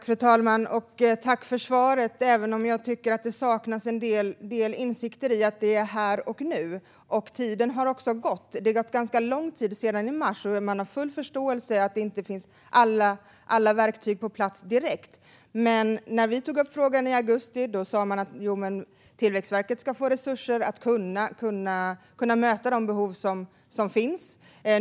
Fru talman! Jag tackar statsrådet för svaret, även om jag tycker att det saknas insikt om att det handlar om här och nu. Tiden går, och det har gått ganska lång tid sedan mars. Jag har full förståelse att alla verktyg inte kom på plats direkt, men när vi tog upp frågan i augusti sa regeringen att Tillväxtverket skulle få resurser för att kunna möta de behov som finns.